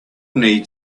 need